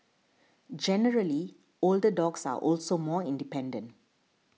generally older dogs are also more independent